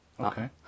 Okay